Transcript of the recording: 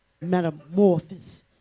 metamorphosis